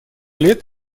лет